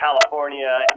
California